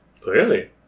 Clearly